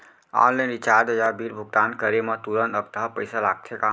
Online recharge या bill भुगतान करे मा तुरंत अक्तहा पइसा लागथे का?